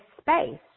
space